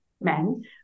men